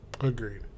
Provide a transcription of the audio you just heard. Agreed